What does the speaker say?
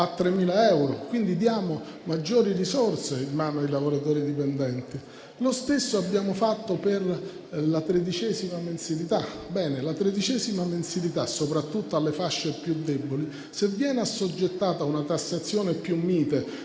quindi maggiori risorse in mano ai lavoratori dipendenti. Lo stesso abbiamo fatto per la tredicesima mensilità: se la tredicesima mensilità, soprattutto per le fasce più deboli, viene assoggettata a una tassazione più mite